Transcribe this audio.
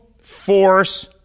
force